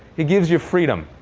he gives you freedom.